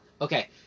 Okay